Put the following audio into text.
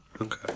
Okay